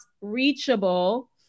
reachable